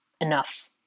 enough